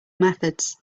methods